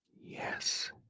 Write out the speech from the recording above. Yes